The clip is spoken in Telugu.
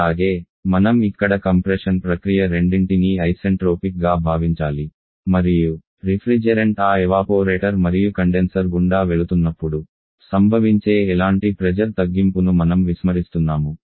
అలాగే మనం ఇక్కడ కంప్రెషన్ ప్రక్రియ రెండింటినీ ఐసెంట్రోపిక్గా భావించాలి మరియు రిఫ్రిజెరెంట్ ఆ ఎవాపోరేటర్ మరియు కండెన్సర్ గుండా వెళుతున్నప్పుడు సంభవించే ఎలాంటి ప్రెజర్ తగ్గింపును మనం విస్మరిస్తున్నాము